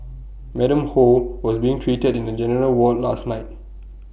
Madam ho was being treated in A general ward last night